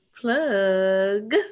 plug